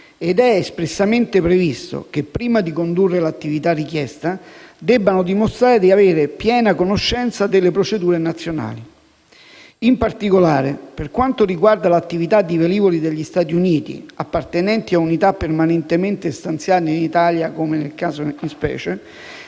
ed è espressamente previsto che prima di condurre l'attività richiesta, debbano dimostrare di avere piena conoscenza delle procedure nazionali. In particolare, l'attività di velivoli degli Stati Uniti appartenenti a unità permanentemente stanziate in Italia - come nel caso di specie